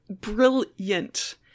brilliant